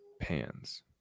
pans